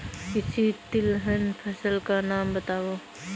किसी तिलहन फसल का नाम बताओ